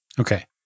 Okay